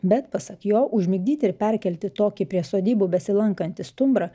bet pasak jo užmigdyti ir perkelti tokį prie sodybų besilankantį stumbrą